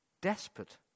Desperate